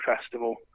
Festival